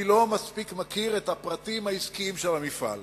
אני לא מכיר מספיק את הפרטים העסקיים של המפעל.